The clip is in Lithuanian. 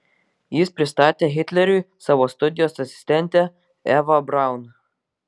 jis pristatė hitleriui savo studijos asistentę evą braun